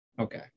Okay